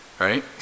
right